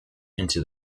into